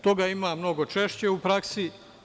Toga ima mnogo češće u praksi.